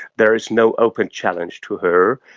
there is no open challenge to her,